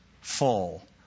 full